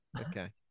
Okay